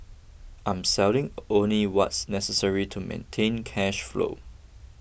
I'm selling only what's necessary to maintain cash flow